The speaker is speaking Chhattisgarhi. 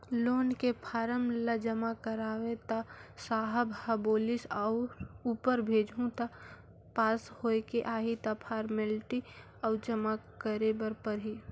लोन के फारम ल जमा करेंव त साहब ह बोलिस ऊपर भेजहूँ त पास होयके आही त फारमेलटी अउ जमा करे बर परही